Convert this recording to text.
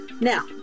Now